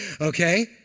okay